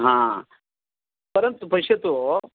हा परन्तु पश्यतु